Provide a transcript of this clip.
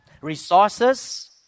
resources